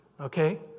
okay